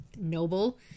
noble